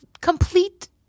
complete